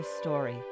story